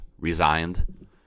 resigned